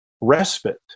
respite